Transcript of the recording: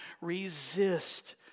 resist